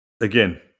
again